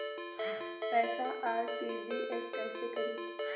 पैसा आर.टी.जी.एस कैसे करी?